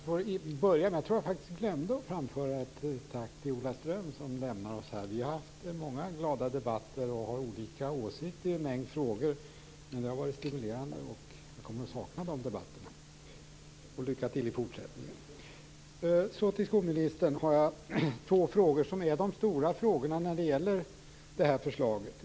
Fru talman! Jag glömde att framföra ett tack till Ola Ström, som skall lämna oss här. Vi har haft många glada debatter och har olika åsikter i en mängd frågor, men det har varit stimulerande, och jag kommer att sakna de debatterna. Lycka till i fortsättningen! Jag vill till skolministern ställa två frågor, som också är de stora frågorna i det här förslaget.